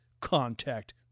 contact